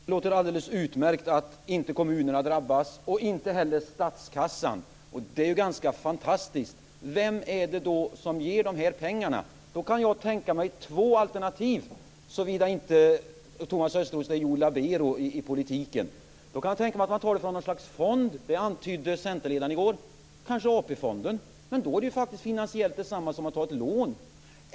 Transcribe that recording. Fru talman! Det låter alldeles utmärkt att kommunerna och inte heller statskassan drabbas. Det är ganska fantastiskt! Vem är det då som ger de här pengarna? Jag kan tänka mig två alternativ, såvida inte Thomas Östros är en Joe Labero i politiken. Jag kan tänka mig att man tar pengarna från något slags fond - det antydde centerledaren i går - kanske AP fonden, men det är ju faktiskt finansiellt sett detsamma som att ta ett lån.